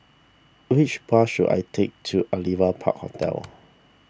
which bus should I take to Aliwal Park Hotel